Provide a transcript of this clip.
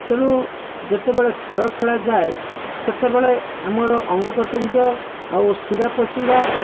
ତେଣୁ ଯେତେବେଳେ ଖେଳ ଖେଳାଯାଏ ସେତେବେଳେ ଆମର ଅଙ୍ଗ ପ୍ରତ୍ୟଙ୍ଗ ଆଉ ଶିରାପ୍ରଶିରା